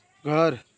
घर